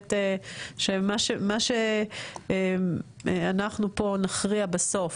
שמה שאנחנו פה נכריע בסוף,